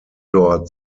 dort